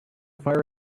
fire